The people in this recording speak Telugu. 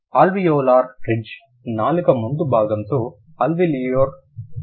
అల్వియోలార్ రిడ్జ్ నాలుక ముందు భాగంతో ఆల్వియోలార్ శబ్దాలు ఏర్పడతాయి